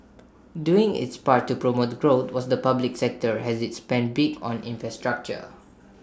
doing its part to promote growth was the public sector as IT spent big on infrastructure